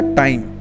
time